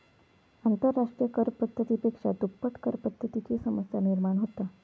आंतरराष्ट्रिय कर पद्धती पेक्षा दुप्पट करपद्धतीची समस्या निर्माण होता